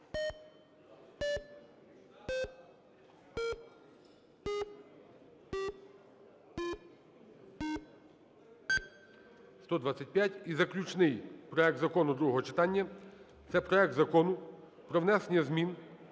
За-125 І заключний проект закону другого читання – це проект Закону про внесення змін